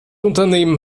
unternehmen